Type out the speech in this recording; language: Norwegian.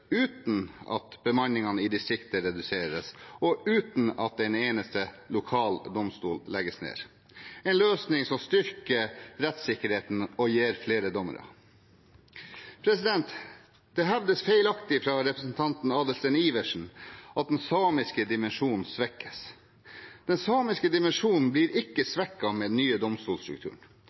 uten at bemanningen i distriktene reduseres, og uten at en eneste lokal domstol legges ned – en løsning som styrker rettssikkerheten og gir flere dommere. Det hevdes feilaktig fra representanten Adelsten Iversen at den samiske dimensjonen svekkes. Den samiske dimensjonen blir ikke svekket med den nye domstolstrukturen.